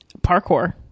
parkour